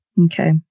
Okay